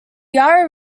yarra